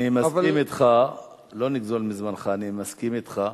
אני מסכים אתך, לא נגזול מזמנך, אני מסכים אתך,